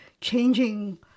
changing